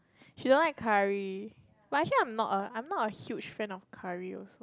she don't like curry but actually I'm not a I'm not a huge fan of curry also